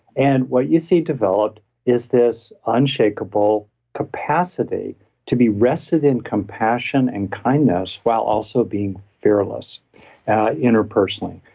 and what you see developed is this unshakeable capacity to be rested in compassion and kindness while also being fearless interpersonally.